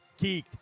geeked